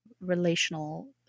relational